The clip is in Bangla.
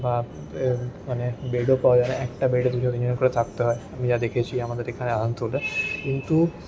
বা মানে বেডও পাওয়া যায় না একটা বেডে দুজন দুজন করে থাকতে হয় আমি যা দেখেছি আমাদের এখানে বলে কিন্তু